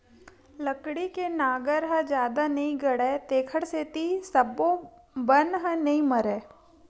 लकड़ी के नांगर ह जादा नइ गड़य तेखर सेती सब्बो बन ह नइ मरय